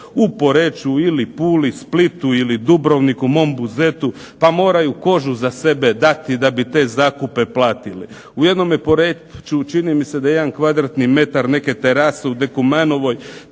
u Poreču ili Puli, Splitu ili Dubrovniku, mom Buzetu, pa moraju kožu za sebe dati da bi te zakupe platili. U jednom Poreču čini mi se da jedan kvadratni metar neke terase u Dekumanovoj